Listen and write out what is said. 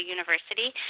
University